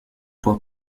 pour